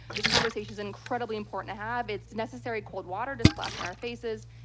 this conversation is incredibly important to have, it's necessary cold water to splash on our faces,